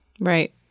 Right